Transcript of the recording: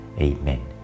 Amen